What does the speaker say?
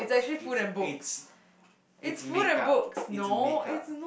it's aids it's makeup it's makeup